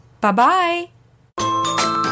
Bye-bye